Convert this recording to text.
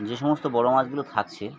যে সমস্ত বড় মাছগুলো থাকছে